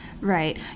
Right